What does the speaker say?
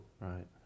Right